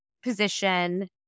position